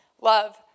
love